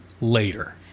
later